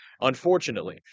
unfortunately